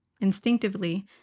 Instinctively